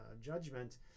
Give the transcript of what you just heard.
judgment